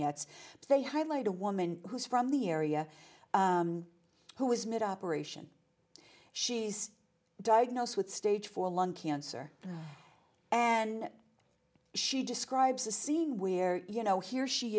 s they highlight a woman who's from the area who is mitt operation she is diagnosed with stage four lung cancer and she describes a scene where you know here she